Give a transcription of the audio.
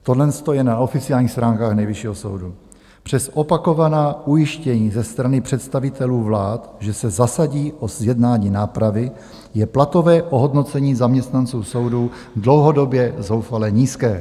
Tohle je na oficiálních stránkách Nejvyššího soudu: Přes opakovaná ujištění ze strany představitelů vlád, že se zasadí o zjednání nápravy, je platové ohodnocení zaměstnanců soudů dlouhodobě zoufale nízké.